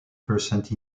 percent